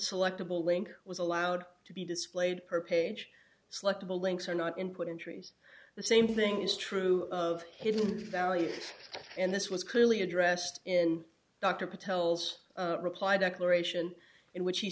link was allowed to be displayed per page selectable links are not input in trees the same thing is true of hidden valley and this was clearly addressed in dr patel's reply declaration in which he